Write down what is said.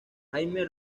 jaime